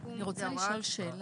לדעת,